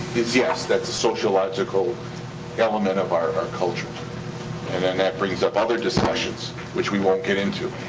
is, yes, that's a sociological element of our of our culture. and then that brings up other discussions, which we won't get into.